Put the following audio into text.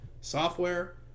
software